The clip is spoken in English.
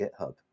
GitHub